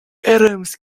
adams